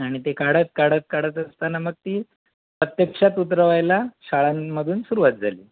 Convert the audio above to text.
आणि ते काढत काढत काढत असताना मग ती प्रत्यक्षात उतरवायला शाळांमधून सुरवात झाली